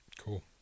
Cool